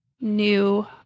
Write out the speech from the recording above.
new